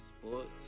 sports